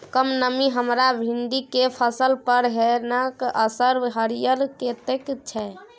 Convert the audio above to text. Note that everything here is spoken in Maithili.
कम नमी हमर भिंडी के फसल पर केहन असर करिये सकेत छै?